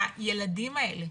הילדים האלה,